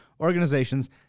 organizations